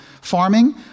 farming